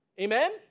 Amen